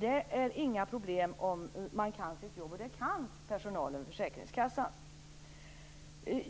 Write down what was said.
Det är inga problem om man kan sitt jobb, och det kan personalen på försäkringskassan.